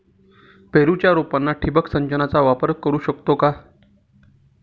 पेरूच्या रोपांना ठिबक सिंचन वापरू शकतो का?